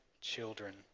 children